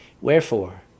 Wherefore